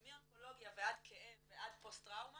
מאונקולוגיה ועד כאב ועד פוסט טראומה